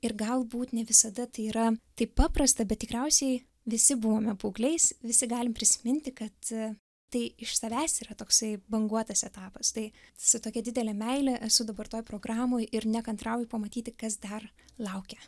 ir galbūt ne visada tai yra taip paprasta bet tikriausiai visi buvome paaugliais visi galim prisiminti kad tai iš savęs yra toksai banguotas etapas tai su tokia didele meile esu dabar toj programoj ir nekantrauju pamatyti kas dar laukia